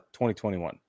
2021